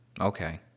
Okay